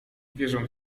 wierzą